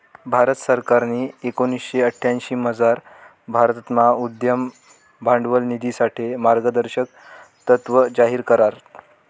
भारत सरकारनी एकोणीशे अठ्यांशीमझार भारतमा उद्यम भांडवल निधीसाठे मार्गदर्शक तत्त्व जाहीर करात